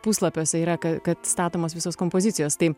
puslapiuose yra kad statomos visos kompozicijos tai